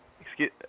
Excuse